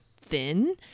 thin